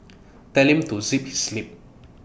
tell him to zip his lip